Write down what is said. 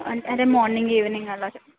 అం అంటే morning evening అలా చెప్పండి